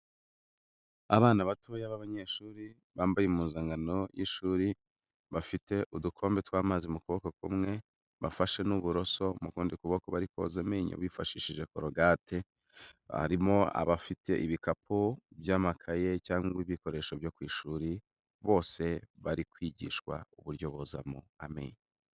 Abana batoya b'abanyeshuri bambaye impuzankano y'ishuri, bafite udukombe tw'amazi mu kuboko kumwe, bafashe n'uburoso mu kundi kuboko bari koza amenyo bifashishije korogate, harimo abafite ibikapu by'amakaye cyangwa ibikoresho byo ku ishuri, bose bari kwigishwa uburyo bozamo amenyo.